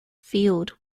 field